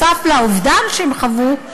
נוסף על האובדן שהם חוו,